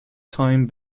time